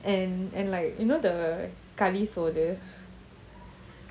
and and like you know the kali soru soru